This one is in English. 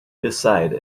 beside